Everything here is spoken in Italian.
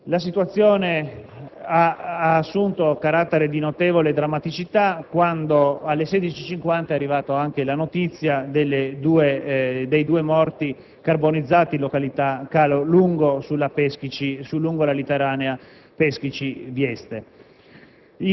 La situazione ha assunto carattere di notevole drammaticità quando, alle ore 16,50, è arrivata anche la notizia dei due morti carbonizzati in località Calo Lungo, lungo la litoranea Peschici-Vieste.